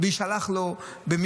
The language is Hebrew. וזה יישלח במהירות.